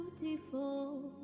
beautiful